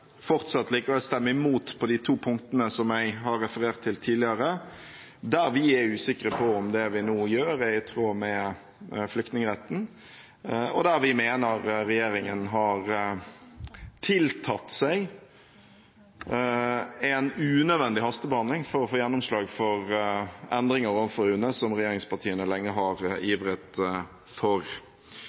fortsatt likevel stemme imot når det gjelder de to punktene som jeg har referert til tidligere, der vi er usikre på om det vi nå gjør, er i tråd med flyktningretten, og der vi mener regjeringen har tiltatt seg en unødvendig hastebehandling for å få gjennomslag for endringer overfor UNE som regjeringspartiene lenge har ivret for.